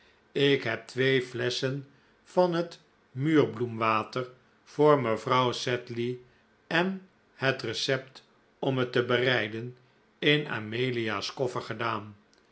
ik heb twee flesschen van het muurbloem water voor mevrouw sedley en het recept om het te bereiden in amelia's koffer gedaan